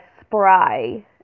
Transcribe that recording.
spry